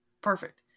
Perfect